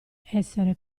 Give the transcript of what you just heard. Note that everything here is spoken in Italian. essere